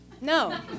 No